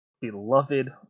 beloved